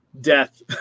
death